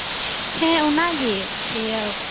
ᱦᱮᱸ ᱚᱱᱟᱜᱮ ᱤᱭᱟᱹ